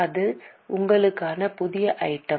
இது உங்களுக்கான புதிய ஐட்டம்